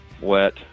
wet